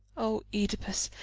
o oedipus,